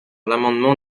l’amendement